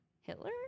Hitler